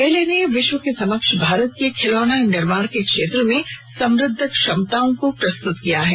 मेले ने विश्व के समक्ष भारत की खिलौना निर्माण के क्षेत्र में समृद्ध क्षमताओं को प्रस्तुत किया है